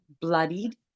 bloodied